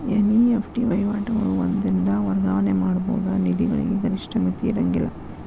NEFT ವಹಿವಾಟುಗಳು ಒಂದ ದಿನದಾಗ್ ವರ್ಗಾವಣೆ ಮಾಡಬಹುದಾದ ನಿಧಿಗಳಿಗೆ ಗರಿಷ್ಠ ಮಿತಿ ಇರ್ಂಗಿಲ್ಲಾ